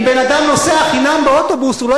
אם בן-אדם נוסע חינם באוטובוס הוא לא